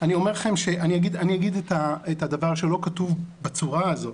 אני אגיד את הדבר שלא כתוב בצורה הזאת,